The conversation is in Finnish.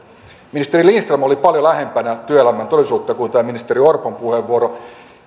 ministeri lindström oli paljon lähempänä työelämän todellisuutta kuin tämä ministeri orpon puheenvuoro